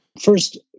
First